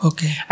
Okay